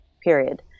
period